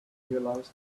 realised